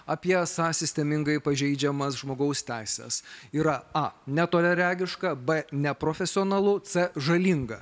apie esą sistemingai pažeidžiamas žmogaus teises yra a netoliaregiška b neprofesionalu c žalinga